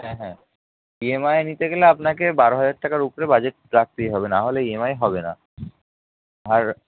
হ্যাঁ হ্যাঁ ইএমআই এ নিতে গেলে আপনাকে বারো হাজার টাকার ওপরে বাজেট রাখতেই হবে নাহলে ই এম আইএ হবে না আর